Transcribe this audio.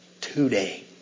today